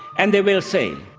and they will say,